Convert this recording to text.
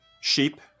sheep